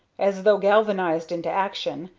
as though galvanized into action,